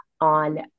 on